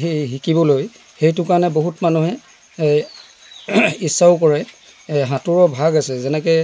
শিকিবলৈ সেইটো কাৰণে বহুত মানুহে এই ইচ্ছাও কৰে সাঁতোৰৰ ভাগ আছে যেনেকৈ